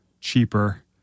cheaper